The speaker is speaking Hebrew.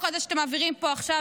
החוק הזה שאתם מעבירים פה עכשיו,